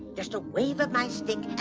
just a wave of my stick,